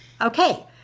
Okay